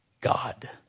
God